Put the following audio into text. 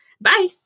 Bye